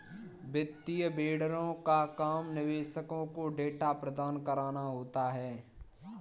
वित्तीय वेंडरों का काम निवेशकों को डेटा प्रदान कराना होता है